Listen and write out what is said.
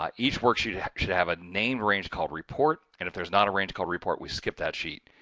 um each worksheet should have a named range called report and if there's not a range called report, we skip that sheet.